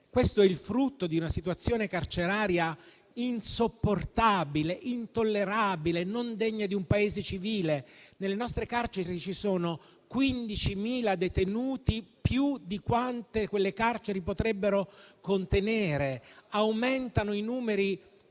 È il frutto di una situazione carceraria insopportabile, intollerabile, non degna di un Paese civile: nelle nostre carceri ci sono 15.000 detenuti, più di quanto esse potrebbero contenere. Aumentano i numeri